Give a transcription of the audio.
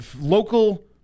local